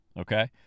okay